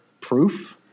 proof